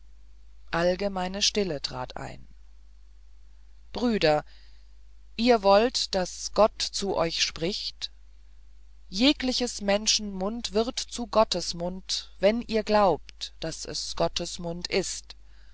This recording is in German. allgemeine stille trat ein brüder ihr wollt daß gott zu euch spricht jegliches menschen mund wird zum munde gottes wenn ihr glaubt daß es gottes mund ist